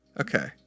Okay